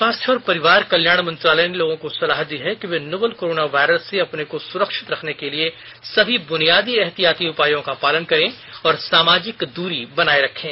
स्वास्थ्य और परिवार कल्याण मंत्रालय ने लोगों को सलाह दी है कि वे नोवल कोरोना वायरस से अपने को सुरक्षित रखने के लिए सभी बुनियादी एहतियाती उपायों का पालन करें और सामाजिक दूरी बनाए रखें